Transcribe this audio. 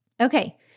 Okay